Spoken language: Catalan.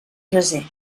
braser